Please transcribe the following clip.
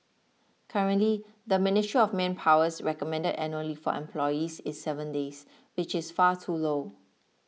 currently the Ministry of Manpower's recommended annual leave for employees is seven days which is far too low